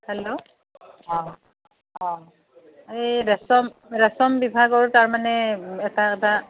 hello অঁ অঁ এই ৰেচম ৰেচম বিভাগৰ তাৰমানে এটা এটা